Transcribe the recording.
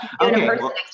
okay